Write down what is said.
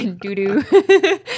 do-do